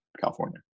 california